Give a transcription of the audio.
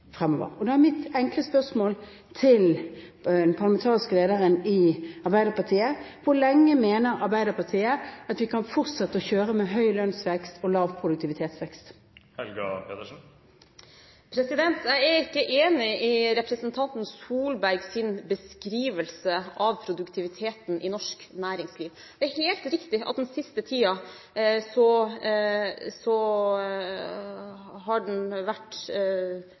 framover. Da er mitt enkle spørsmål til den parlamentariske lederen i Arbeiderpartiet: Hvor lenge mener Arbeiderpartiet at vi kan fortsette å kjøre med høy lønnsvekst og lav produktivitetsvekst? Jeg er ikke enig i representanten Solbergs beskrivelse av produktiviteten i norsk næringsliv. Det er helt riktig at den i den siste tiden har